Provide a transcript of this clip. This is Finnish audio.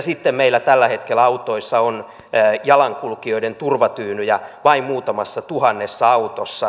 sitten meillä tällä hetkellä autoissa on jalankulkijoiden turvatyynyjä vain muutamassa tuhannessa autossa